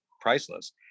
priceless